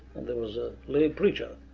and there was a lay preacher,